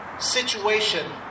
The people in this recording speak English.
situation